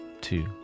two